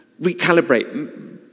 recalibrate